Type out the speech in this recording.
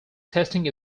testing